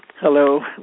Hello